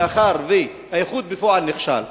מאחר שהאיחוד בפועל נכשל,